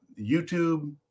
YouTube